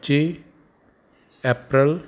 ਪੱਚੀ ਅਪ੍ਰੈਲ